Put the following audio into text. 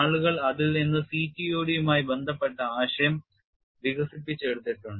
ആളുകൾ അതിൽ നിന്ന് CTOD മായി ബന്ധപ്പെട്ട ആശയം വികസിപ്പിച്ചെടുത്തിട്ടുണ്ട്